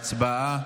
הצבעה.